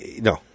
No